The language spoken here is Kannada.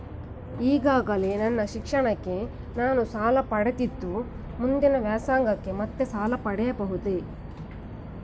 ಈಗಾಗಲೇ ನನ್ನ ಶಿಕ್ಷಣಕ್ಕೆ ನಾನು ಸಾಲ ಪಡೆದಿದ್ದು ಮುಂದಿನ ವ್ಯಾಸಂಗಕ್ಕೆ ಮತ್ತೆ ಸಾಲ ಪಡೆಯಬಹುದೇ?